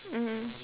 mm mm